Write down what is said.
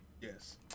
Yes